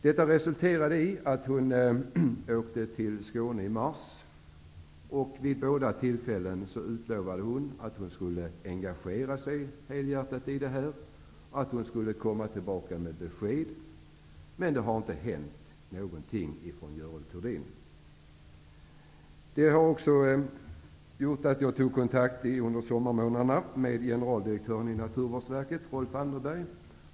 Detta resulterade i att hon i mars åkte till Skåne. Vid båda tillfällena lovade hon att hon helhjärtat skulle engagera sig i det här och att hon skulle återkomma med besked, men det har inte hänt någonting. Det gjorde att jag under sommarmånaderna tog kontakt med generaldirektören i Naturvårdsverket, Rolf Anderberg.